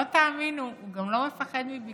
לא תאמינו, הוא גם לא מפחד מביקורת.